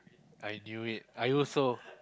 I knew it I also